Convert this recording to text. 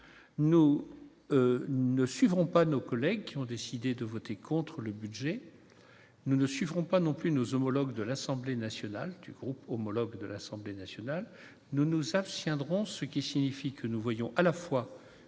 nous ne suivrons pas nos collègues qui ont décidé de voter contre le budget, nous ne suivrons pas non plus nos homologues de l'Assemblée nationale du groupe homologue de l'Assemblée nationale, nous nous, ça fait tiendront ce qui signifie que nous voyons à la fois